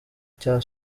cya